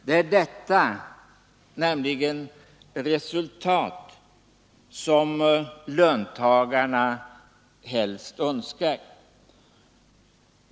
Det är nämligen resultat som löntagarna helst önskar.